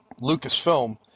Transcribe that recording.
Lucasfilm